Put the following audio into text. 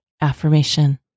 AFFIRMATION